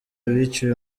biciwe